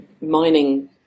mining